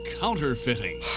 counterfeiting